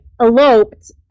eloped